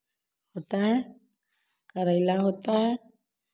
होता है करेला होता है